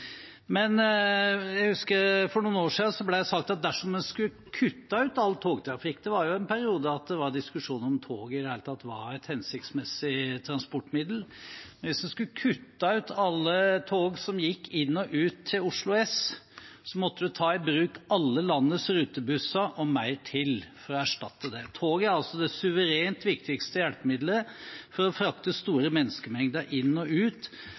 Jeg husker at det for noen år siden ble sagt at dersom en skulle kutte ut all togtrafikk – det var jo en periode det var diskusjon om toget i det hele tatt var et hensiktsmessig transportmiddel – og kutte ut alle tog som gikk inn til og ut fra Oslo S, måtte en ta i bruk alle landets rutebusser og mer til for å erstatte det. Toget er det suverent viktigste hjelpemiddelet for å